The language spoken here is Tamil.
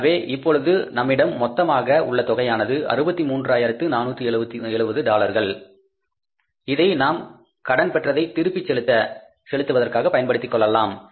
எனவே இப்பொழுது நம்மிடம் மொத்தமாக உள்ள தொகையானது 63 ஆயிரத்து 470 டாலர்கள் இதை நாம் கடன் பெற்றதை திருப்பிச் செலுத்துவதற்காக பயன்படுத்திக் கொள்ளலாம்